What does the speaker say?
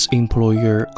employer